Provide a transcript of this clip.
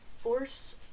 Force